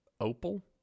Opal